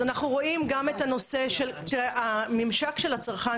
אז אנחנו רואים גם את הנושא של הממשק של הצרכן,